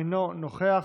אינו נוכח,